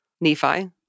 Nephi